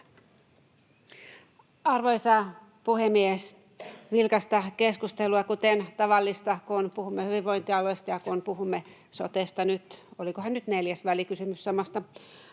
Arvoisa puhemies! Vilkasta keskustelua, kuten tavallista kun puhumme hyvinvointialueista ja kun puhumme sotesta. Olikohan nyt neljäs välikysymys samasta